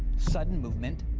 sudden movement,